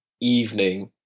evening